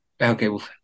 Okay